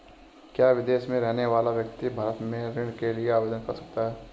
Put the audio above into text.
क्या विदेश में रहने वाला व्यक्ति भारत में ऋण के लिए आवेदन कर सकता है?